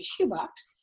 shoebox